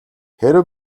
хэрэв